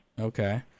Okay